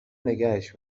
نگهش